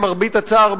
למרבה הצער,